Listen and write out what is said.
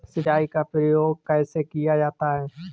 सिंचाई का प्रयोग कैसे किया जाता है?